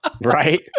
Right